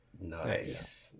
Nice